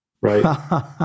right